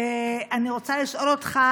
אני רוצה לשאול אותך